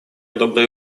доброй